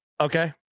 Okay